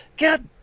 God